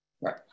Right